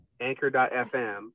anchor.fm